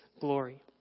glory